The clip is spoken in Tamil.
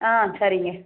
ஆ சரிங்க